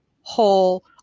whole